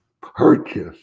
purchase